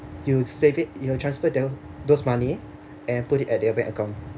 you save it you will transfer those those money and put it at their bank account